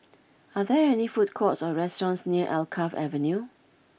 are there any food courts or restaurants near Alkaff Avenue